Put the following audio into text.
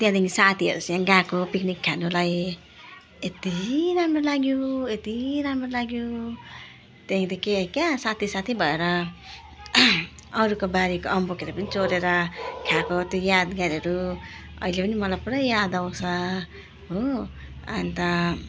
त्यहाँदेखिन् साथीहरूसँग गएको पिकनिक खानुलाई यति राम्रो लाग्यो यति राम्रो लाग्यो त्यहीँ त कि क्या साथी साथी भएर अरूको बारीको अम्बकहरू पनि चोरेर खाएको त्यो यादगारहरू अहिले पनि मलाई पुरा याद आउँछ हो अनि त